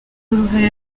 uruhare